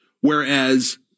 Whereas